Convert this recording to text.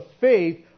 faith